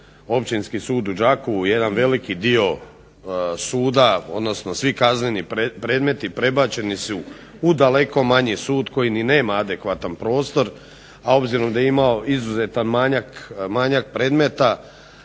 općinski sud u Đakovu jedan veliki dio suda odnosno svi kazneni predmeti prebačeni su u daleko manji sud koji ni nema adekvatan prostor, a obzirom da je imao izuzetan manjak predmeta